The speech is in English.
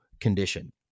condition